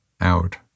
out